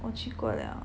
我去过了